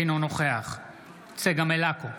אינו נוכח צגה מלקו,